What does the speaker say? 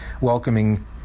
welcoming